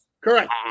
Correct